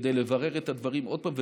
כדי לברר את הדברים עוד פעם,